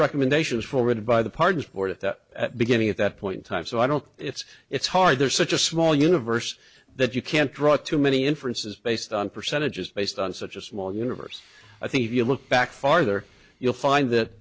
recommendations forwarded by the pardons board at that at beginning at that point time so i don't it's it's hard there's such a small universe that you can't draw too many inferences based on percentages based on such a small universe i think if you look back farther you'll find that